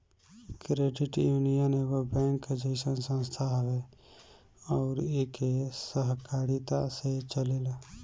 credit union एगो bank जइसन संस्था हवे अउर इ के सहकारिता से चलेला